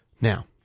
Now